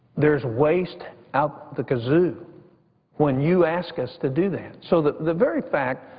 there is waste out the kazoo when you ask us to do that. so the the very fact,